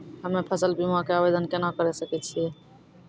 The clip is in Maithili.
हम्मे फसल बीमा के आवदेन केना करे सकय छियै?